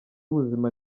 ubuzima